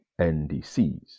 NDCs